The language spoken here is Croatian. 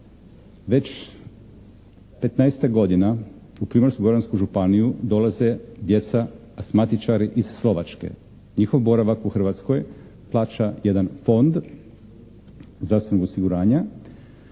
već 15-ak godina, u Primorsko-goransku županiju dolaze djeca asmatičari iz Slovačke. Njihov boravak u Hrvatskoj plaća jedan fond zdravstvenog osiguranja.